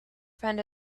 friend